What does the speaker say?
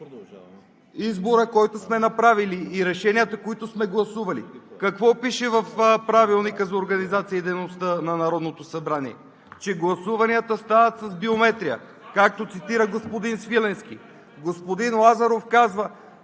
избора, който сме направили, и решенията, които сме гласували. Какво пише в Правилника за организацията и дейността на Народното събрание? Че гласуванията стават с биометрия, както цитира господин Свиленски. Господин Лазаров казва: